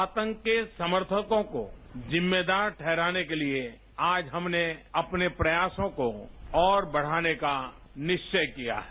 आतंक के समर्थकों को जिम्मेदार ठहराने के लिए आज हमने अपनेप्रयासों को और बढ़ाने का निश्चय किया है